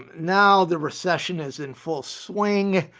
now the recession is in full swing.